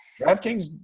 DraftKings